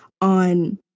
on